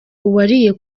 uwariye